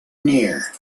near